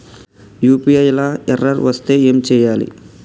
UPI లా error వస్తే ఏం చేయాలి?